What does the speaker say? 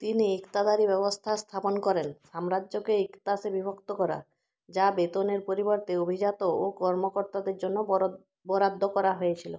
তিনি ইকতাদারী ব্যবস্থার স্থাপন করেন সাম্রাজ্যকে ইকতাসে বিভক্ত করা যা বেতনের পরিবর্তে অভিজাত ও কর্মকর্তাদের জন্য বরা বরাদ্দ করা হয়েছিলো